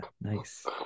nice